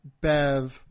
Bev